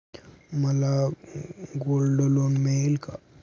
मला gold loan मिळेल का?